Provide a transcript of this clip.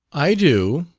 i do.